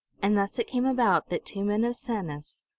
and thus it came about that two men of sanus,